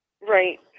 Right